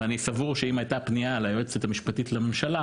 ואני סבור שאם הייתה פנייה ליועצת המשפטית לממשלה